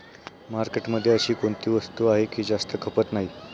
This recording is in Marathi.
मार्केटमध्ये अशी कोणती वस्तू आहे की जास्त खपत नाही?